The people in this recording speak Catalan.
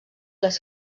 les